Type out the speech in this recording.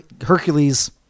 Hercules